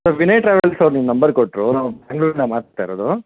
sir Vinay travels ಅವ್ರು ನಿಮ್ಮ number ಕೊಟ್ಟರು ನಾವು ಬೆಂಗಳೂರಿಂದ ಮಾತಾಡ್ತಾ ಇರೋದು